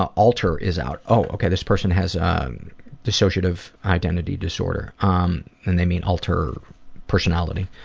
ah alter is out. okay, this person has um dissociative identity disorder um and they mean alter personality.